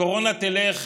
הקורונה תלך,